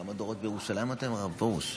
כמה דורות בירושלים אתם, הרב פרוש?